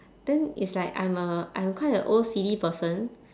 then it's like I'm a I'm quite a O_C_D person